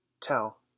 tell